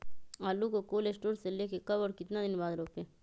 आलु को cold store से ले के कब और कितना दिन बाद रोपे?